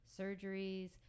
surgeries